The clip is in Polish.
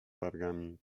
wargami